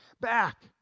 back